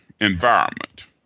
environment